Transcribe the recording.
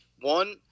One